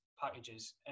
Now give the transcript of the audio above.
packages